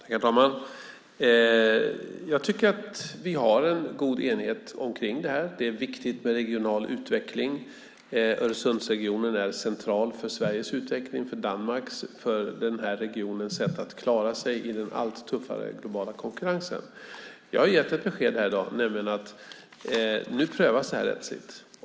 Herr talman! Jag tycker att vi har en god enighet omkring det här. Det är viktigt med regional utveckling. Öresundsregionen är central för Sveriges utveckling och för Danmarks utveckling. Det handlar om den här regionens sätt att klara sig i den allt tuffare globala konkurrensen. Jag har gett ett besked här i dag, nämligen att det här nu prövas rättsligt.